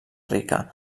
rica